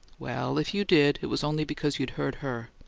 well, if you did, it was only because you'd heard her.